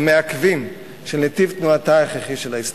המעכבים של נתיב תנועתה ההכרחי של ההיסטוריה.